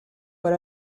but